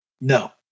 No